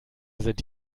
sind